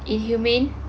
inhumane